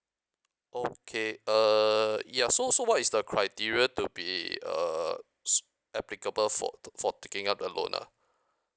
okay uh ya so so what is the criteria to be uh s~ applicable for to~ taking up the loan ah